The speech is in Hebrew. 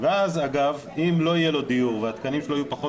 ואז אגב אם לא תהיה לו דיור והתקנים שלו יהיו פחות